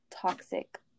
toxic